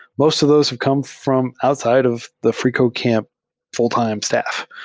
most of those have come from outside of the freecodecamp full-time staff.